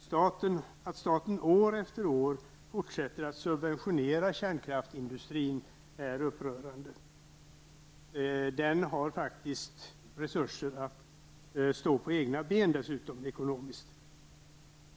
Det är upprörande att staten år efter år fortsätter att subventionera kärnkraftsindustrin. Den har faktiskt ekonomiska resurser att stå på egna ben.